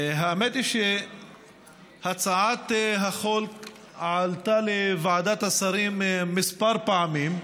האמת היא שהצעת החוק עלתה לוועדת השרים כמה פעמים,